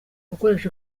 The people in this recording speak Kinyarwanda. gukoresha